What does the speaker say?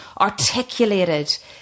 articulated